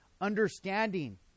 understanding